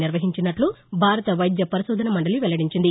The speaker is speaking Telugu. నిర్వహించినట్లు భారత వైద్య పరిశోధనా మండలి వెల్లడించింది